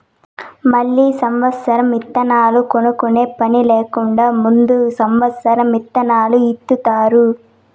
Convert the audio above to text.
మళ్ళీ సమత్సరం ఇత్తనాలు కొనుక్కునే పని లేకుండా ముందు సమత్సరం ఇత్తనాలు ఇత్తుతారు